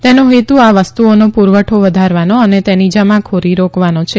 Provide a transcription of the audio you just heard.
તેનો હેતુ આ વસ્તુઓનો પુરવઠો વધારવાનો અને તેની જમાખોરી રોકવાનો છે